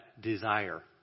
desire